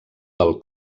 del